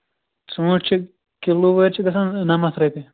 ژوٗنٛٹھۍ چھِ کِلوٗ وٲرۍ چھِ گژھان نَمَتھ رۄپیہِ